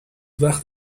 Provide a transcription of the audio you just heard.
وقت